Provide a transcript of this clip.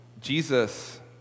Jesus